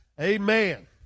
amen